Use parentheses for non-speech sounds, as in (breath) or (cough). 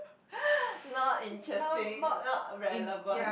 (breath) not interesting not relevant